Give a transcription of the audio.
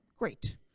Great